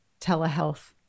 telehealth